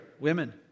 women